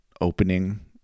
opening